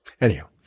anyhow